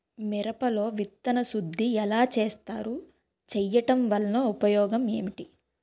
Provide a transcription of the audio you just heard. మిరప లో విత్తన శుద్ధి ఎలా చేస్తారు? చేయటం వల్ల ఉపయోగం ఏంటి?